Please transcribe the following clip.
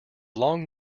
long